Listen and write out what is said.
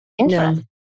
No